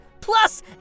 plus